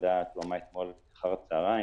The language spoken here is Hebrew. והוועדה התקיימה אתמול אחר-הצוהריים.